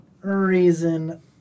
reason